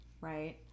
right